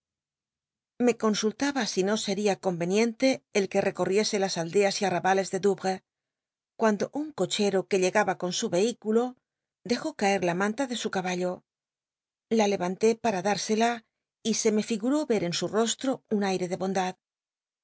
lle consultaba si no seria conreniente el que recol riese las aldeas y arrabales de douvres cuando un cochero que llegaba con su rehículo dejó caer la manta de su caballo la levanw para dtirscla y se me liguró ver en su rostro un aire de bondad